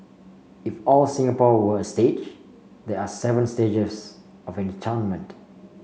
if all Singapore were a stage there are seven stages of enchantment